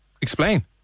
explain